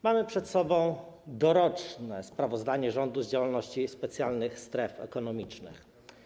Mamy przed sobą doroczne sprawozdanie rządu z działalności specjalnych stref ekonomicznych.